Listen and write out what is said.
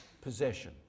possession